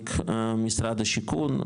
שמעניק משרד השיכון,